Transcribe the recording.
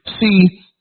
see